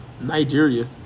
Nigeria